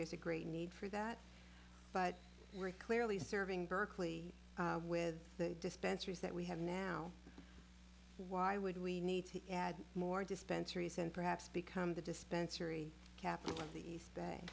there's a great need for that but we're clearly serving berkeley with the dispensers that we have now why would we need to add more dispensary said perhaps become the dispensary capital of the east ba